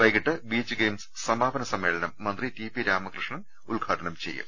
വൈകീട്ട് beach games സമാപന സമ്മേളനം മന്ത്രി ടി പി രാമകൃഷ്ണൻ ഉദ്ഘാടനം ചെയ്യും